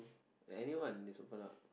anyone just open up